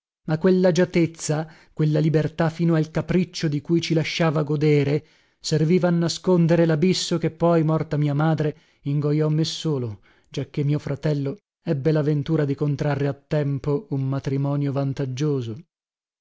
madre ma quellagiatezza quella libertà fino al capriccio di cui ci lasciava godere serviva a nascondere labisso che poi morta mia madre ingojò me solo giacché mio fratello ebbe la ventura di contrarre a tempo un matrimonio vantaggioso